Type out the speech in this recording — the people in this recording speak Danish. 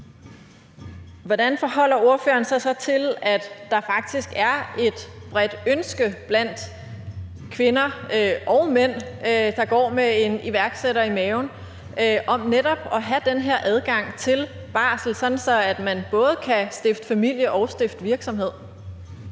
Hvordan forholder ordføreren sig så til, at der faktisk er et bredt ønske blandt kvinder og mænd, der går med en iværksætter i maven, om netop at have den her adgang til barsel, sådan at man både kan stifte familie og stifte virksomhed?